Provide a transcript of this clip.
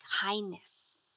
kindness